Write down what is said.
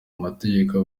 mategeko